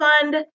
fund